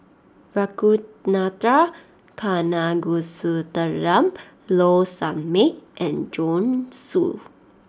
Ragunathar Kanagasuntheram Low Sanmay and Joanne Soo